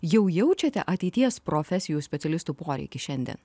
jau jaučiate ateities profesijų specialistų poreikį šiandien